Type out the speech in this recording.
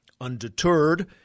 Undeterred